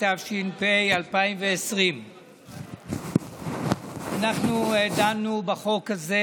התש"ף 2020. אנחנו דנו בחוק הזה,